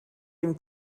dem